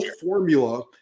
formula